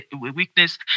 weakness